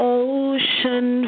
ocean